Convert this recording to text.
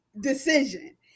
decision